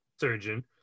surgeon